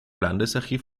landesarchiv